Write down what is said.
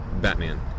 Batman